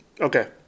Okay